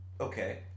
Okay